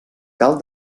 cal